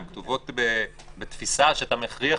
הן כתובות בתפיסה שאתה מכריח,